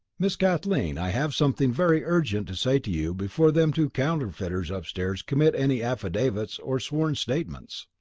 miss kathleen, i have something very urgent to say to you before them two counterfeiters upstairs commit any affidavits or sworn statements.